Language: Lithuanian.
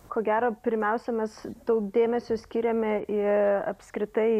ko gero pirmiausia mes daug dėmesio skiriame ir apskritai